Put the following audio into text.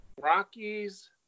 Rockies